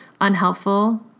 unhelpful